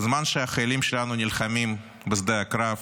בזמן שהחיילים שלנו נלחמים בשדה הקרב